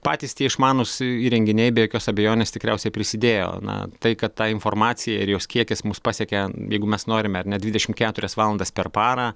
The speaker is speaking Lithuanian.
patys tie išmanūs įrenginiai be jokios abejonės tikriausiai prisidėjo na tai kad ta informacija ir jos kiekis mus pasiekia jeigu mes norim ar ne dvidešimt keturias valandas per parą